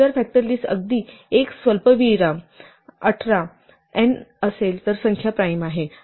जर factor list अगदी 1 स्वल्पविराम n असेल तर संख्या प्राइम आहे